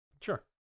Sure